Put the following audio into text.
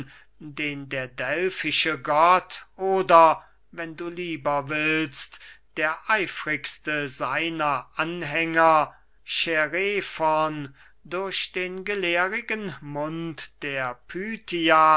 den der delfische gott oder wenn du lieber willst der eifrigste seiner anhänger chärefon durch den gelehrigen mund der pythia